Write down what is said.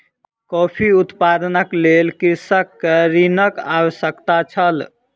coffee उत्पादनक लेल कृषक के ऋणक आवश्यकता छल